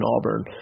Auburn